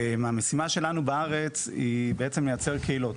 המשימה שלנו בארץ היא בעצם לייצר קהילות.